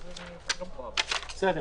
מיותר?